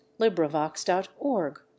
LibriVox.org